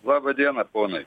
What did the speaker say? labą dieną ponai